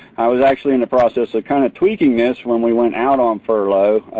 i was actually in the process of kind of tweaking this when we went out on furlough.